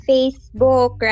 Facebook